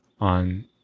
on